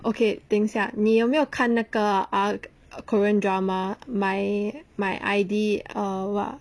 okay 等一下你有没有看那个 ah korean drama my my id err what